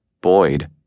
Boyd